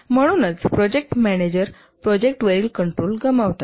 आणि म्हणूनच project manager project वरील कंट्रोल गमावतात